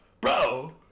Bro